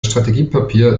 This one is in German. strategiepapier